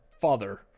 father